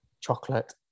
chocolate